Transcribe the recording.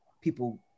people